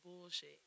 bullshit